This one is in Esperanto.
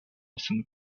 sen